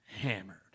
hammered